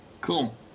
Cool